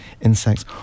insects